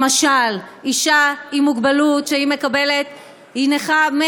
למשל אישה עם מוגבלות שהיא נכה 100%,